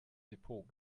depot